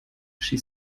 she